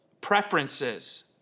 preferences